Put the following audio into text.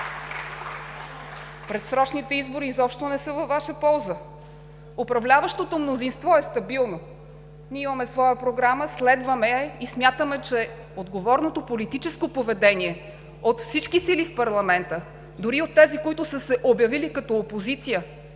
Предсрочните избори изобщо не са във Ваша полза. Управляващото мнозинство е стабилно. Ние имаме своя програма, следваме я и смятаме, че отговорното политическо поведение от всички сили в парламента дори от тези, които са се обявили като опозиция,